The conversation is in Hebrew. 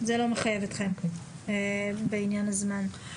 זה לא מחייב אתכם בעניין הזמן,